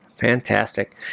Fantastic